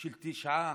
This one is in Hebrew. של תשעה,